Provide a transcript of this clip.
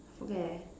forget already